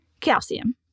calcium